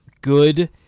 good